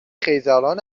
خیزران